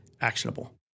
actionable